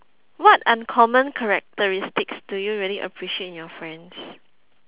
what uncommon characteristics do you really appreciate in your friends